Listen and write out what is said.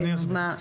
אני אסביר.